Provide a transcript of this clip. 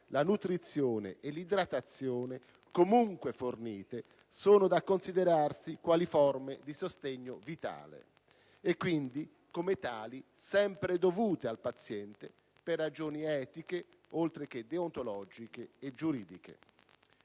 la nutrizione e l'idratazione, comunque fornite, sono da considerarsi quali forme di sostegno vitale e quindi, come tali, sempre dovute al paziente per ragioni etiche, oltre che deontologiche e giuridiche.